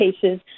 cases